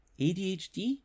ADHD